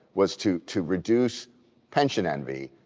was to to reduce pension envy,